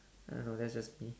I don't know that's just me